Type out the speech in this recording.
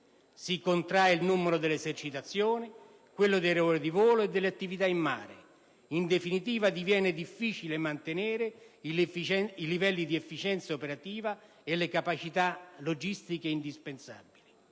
si contrae il numero delle esercitazioni, quello delle ore di volo e delle attività in mare. In definitiva, diviene difficile mantenere i livelli di efficienza operativa e le capacità logistiche indispensabili.